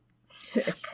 sick